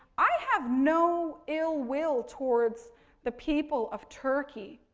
i have no ill wills towards the people of turkey,